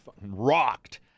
rocked